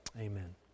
Amen